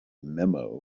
memo